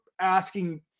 asking